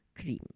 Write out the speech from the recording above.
cream